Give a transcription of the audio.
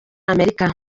amerika